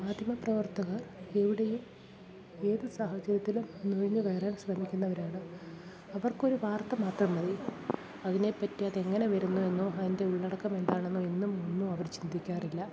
മാധ്യമപ്രവർത്തകർ എവിടെയും ഏതു സാഹചര്യത്തിലും നുഴഞ്ഞുകയറാൻ ശ്രമിക്കുന്നവരാണ് അവർക്കൊരു വാർത്ത മാത്രം മതി അതിനെപ്പറ്റി അതെങ്ങനെ വരുന്നു എന്നോ അതിൻ്റെ ഉള്ളടക്കം എന്താണെന്നോ എന്നും ഒന്നും അവര് ചിന്തിക്കാറില്ല